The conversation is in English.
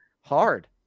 hard